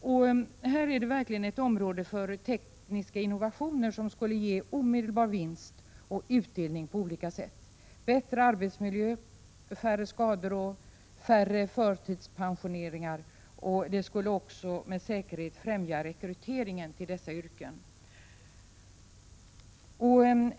Detta är verkligen ett område för tekniska innovationer, som skulle ge omedelbar utdelning och vinster på olika sätt: bättre arbetsmiljö, färre skador och färre förtidspensioneringar. Detta skulle med säkerhet också främja rekryteringen till de yrken som berörs härav.